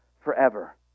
forever